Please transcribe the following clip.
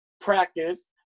practice